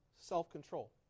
self-control